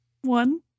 One